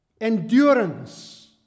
Endurance